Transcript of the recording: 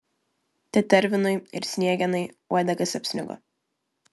tetervinui ir sniegenai uodegas apsnigo